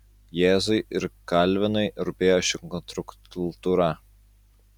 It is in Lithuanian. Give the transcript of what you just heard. jėzui ir kalvinui rūpėjo ši kontrkultūra